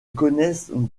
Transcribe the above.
connaissent